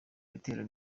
bitero